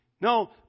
No